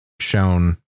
shown